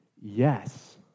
yes